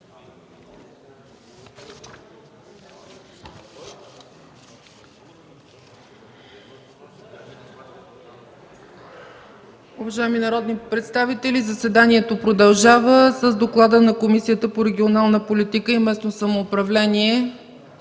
Уважаеми народни представители, заседанието продължава с доклада на Комисията по регионална политика и местно самоуправление.